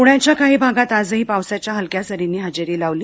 पुण्याच्या काही भागात आजही पावसाच्या हलक्या सरींनी हजेरी लावली